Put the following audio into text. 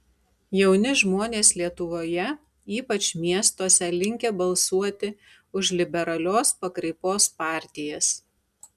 jauni žmonės lietuvoje ypač miestuose linkę balsuoti už liberalios pakraipos partijas